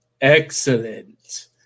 Excellent